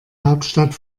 hauptstadt